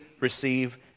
receive